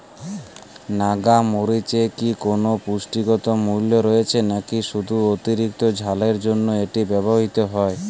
নাগা মরিচে কি কোনো পুষ্টিগত মূল্য রয়েছে নাকি শুধু অতিরিক্ত ঝালের জন্য এটি ব্যবহৃত হয়?